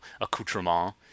accoutrement